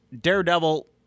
Daredevil